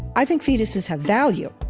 i think fetuses have value.